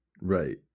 Right